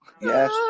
Yes